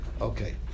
Okay